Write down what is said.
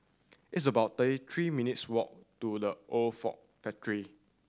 it's about thirty three minutes' walk to The Old Ford Factory